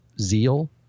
zeal